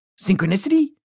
Synchronicity